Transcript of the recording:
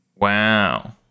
Wow